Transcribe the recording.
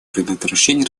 предотвращения